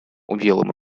умелым